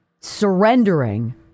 surrendering